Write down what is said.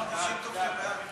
הם לא מרגישים טוב שהם בעד.